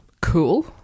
Cool